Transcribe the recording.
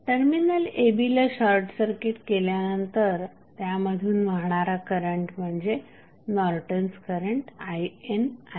terminal a b ला short circuit केल्यानंतर त्यामधून वाहणारा करंट म्हणजे नॉर्टन्स करंट IN आहे